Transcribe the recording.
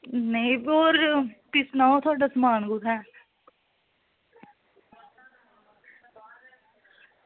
नेईं होर फ्ही सनाओ थुआढ़ा समान कु'त्थें